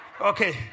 okay